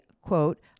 quote